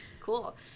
cool